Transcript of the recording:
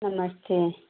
नमस्ते